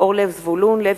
זבולון אורלב,